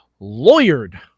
lawyered